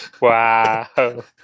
Wow